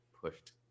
pushed